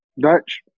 Dutch